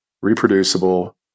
reproducible